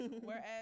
whereas